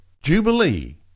Jubilee